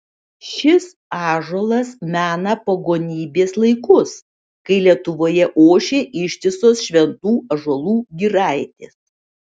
šis ąžuolas mena pagonybės laikus kai lietuvoje ošė ištisos šventų ąžuolų giraitės